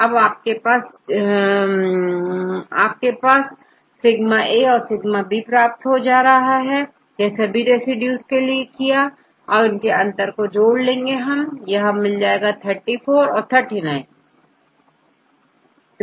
तो यहσ σ and σ होगा यह सभी रेसिड्यू के लिए करेंगे और इन्हें जोड़ लेंगे यह 34 और39 है